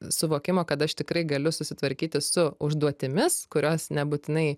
suvokimo kad aš tikrai galiu susitvarkyti su užduotimis kurios nebūtinai